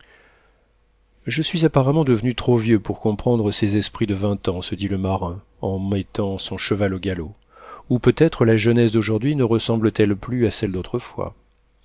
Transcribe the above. je suis apparemment devenu trop vieux pour comprendre ces esprits de vingt ans se dit le marin en mettant son cheval au galop ou peut-être la jeunesse d'aujourd'hui ne ressemble t elle plus à celle d'autrefois